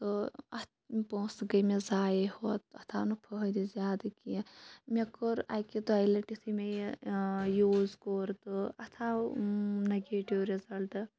تہٕ اَتھ پونٛسہٕ گٔے مےٚ زایے ہوت تَتھ آو نہٕ فٲہدٕ زیادٕ کینٛہہ مےٚ کوٚر اَکہِ دۄیہِ لَٹہِ یُتھُے مےٚ یہِ یوٗز کوٚر تہٕ اَتھ آو نَگیٹِو رِزَلٹہٕ